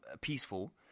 peaceful